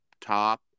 top